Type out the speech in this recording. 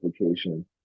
application